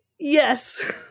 Yes